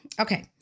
Okay